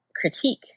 critique